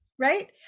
Right